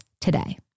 today